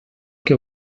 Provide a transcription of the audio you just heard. que